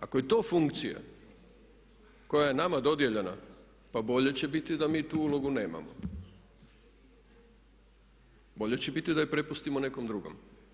ako je to funkcija koja je nama dodijeljena, pa bolje će biti da mi tu ulogu nemamo, bolje će biti da je prepustimo nekom drugom.